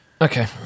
Okay